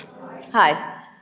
Hi